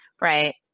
right